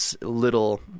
little